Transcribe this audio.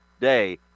day